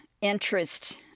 interest